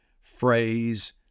phrase